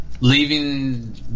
leaving